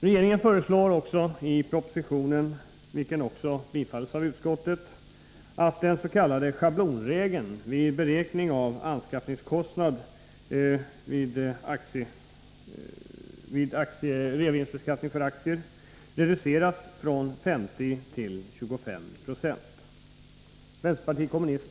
Regeringen föreslår vidare i propositionen, vilket också tillstyrks av utskottet, att den s.k. schablonregeln för beräkning av anskaffningskostnad reduceras från 50 till 25 20.